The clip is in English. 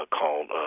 called